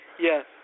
Yes